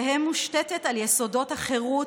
תהא מושתתת על יסודות החירות,